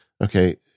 okay